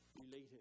related